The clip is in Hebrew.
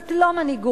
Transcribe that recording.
זאת לא מנהיגות.